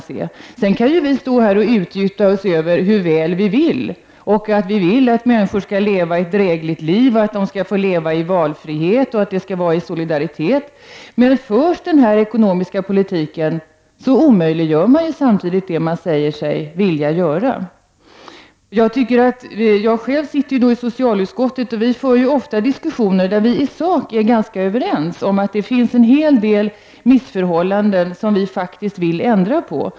Sedan kan ju vi stå här och utgjuta oss över hur väl vi vill, att vi vill att människor skall leva ett drägligt liv och att de skall få leva i valfrihet och i solidaritet. Men om denna ekonomiska politik skall föras, omöjliggörs ju samtidigt det som man säger sig vilja göra. Jag sitter i socialutskottet. Där för vi ofta diskussioner där vi i sak är ganska överens om att det finns en hel del missförhållanden som vi faktiskt vill ändra på.